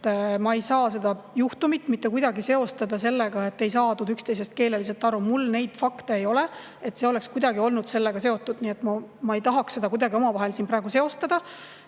Ma ei saa seda juhtumit mitte kuidagi seostada sellega, et ei saadud üksteisest aru. Mul neid fakte ei ole, et see oleks kuidagi olnud sellega seotud, nii et ma ei tahaks seda kuidagi niimoodi seostada.